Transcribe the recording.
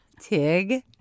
Tig